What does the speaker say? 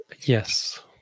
Yes